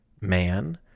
man